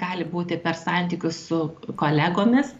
gali būti per santykius su kolegomis